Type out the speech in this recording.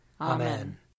Amen